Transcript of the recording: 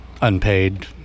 unpaid